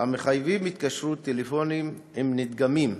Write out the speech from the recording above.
המחייבים התקשרות טלפונית עם נדגמים.